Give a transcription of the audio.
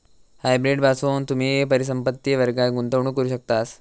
hybrid पासून तुम्ही परिसंपत्ति वर्गात गुंतवणूक करू शकतास